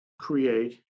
create